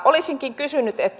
olisinkin kysynyt